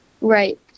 Right